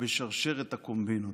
בשרשרת הקומבינות.